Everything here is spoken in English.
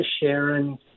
Sharon